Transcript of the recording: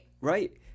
Right